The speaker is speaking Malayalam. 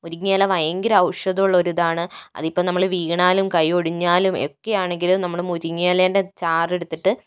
മുരിങ്ങയില ഭയങ്കര ഔഷധമുള്ള ഒരു ഇതാണ് അത് ഇപ്പോൾ നമ്മള് വീണാലും കൈ ഓടിഞ്ഞാലും ഏതൊക്കയാണെങ്കിലും നമ്മള് മുരിങ്ങയിലയിൻ്റെ ചാറ് എടുത്തിട്ട്